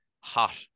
hot